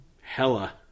hella